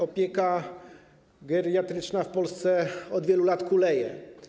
Opieka geriatryczna w Polsce od wielu lat kuleje.